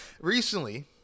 recently